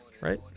right